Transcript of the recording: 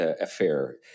affair